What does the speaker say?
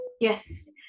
Yes